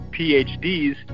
PhDs